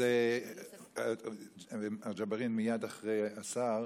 אז ג'בארין מייד אחרי השר,